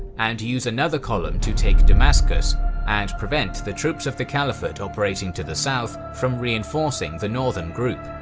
and use another column to take damascus and prevent the troops of the caliphate operating to the south from reinforcing the northern group.